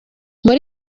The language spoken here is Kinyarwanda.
muri